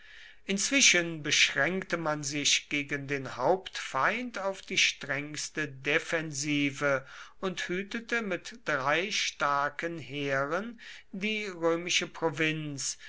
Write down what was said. inzwischen beschränkte man sich gegen den hauptfeind auf die strengste defensive und hütete mit drei starken heeren die römische provinz